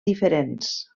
diferents